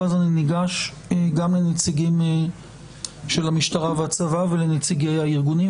ואז אני ניגש גם לנציגים של המשטרה והצבא ולנציגי הארגונים,